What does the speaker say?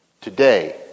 today